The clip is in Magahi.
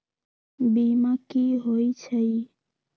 बीमा कि होई छई?